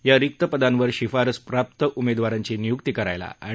या रिक्त पदांवर शिफारसप्राप्त उमेदवारांची नियुक्ती करायला अँड